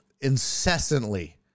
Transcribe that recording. incessantly